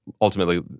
ultimately